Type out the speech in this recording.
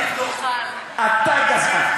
אתה גזען.